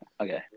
okay